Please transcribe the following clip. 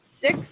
six